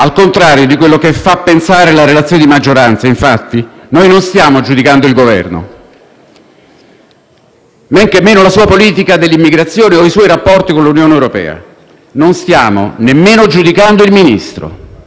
men che meno la sua politica dell'immigrazione o i suoi rapporti con l'Unione europea. Non stiamo nemmeno giudicando il Ministro. Dobbiamo verificare soltanto se debba essere riconosciuta al Ministro l'immunità,